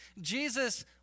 Jesus